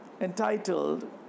entitled